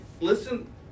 listen